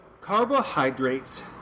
Carbohydrates